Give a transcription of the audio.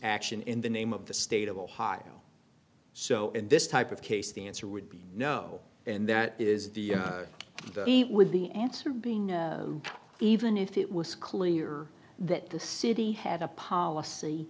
action in the name of the state of ohio so in this type of case the answer would be no and that is the with the answer being even if it was clear that the city had a policy